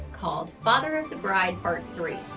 called father of the bride part three-ish.